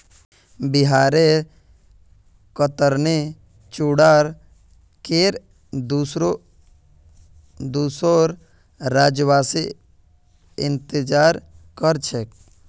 बिहारेर कतरनी चूड़ार केर दुसोर राज्यवासी इंतजार कर छेक